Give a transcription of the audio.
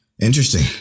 Interesting